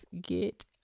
get